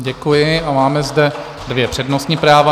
Děkuji a máme zde dvě přednostní práva.